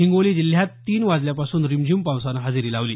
हिंगोली जिल्ह्यात तीन वाजल्यापासून रिमझिम पावसानं हजेरी लावली